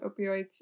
opioids